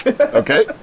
Okay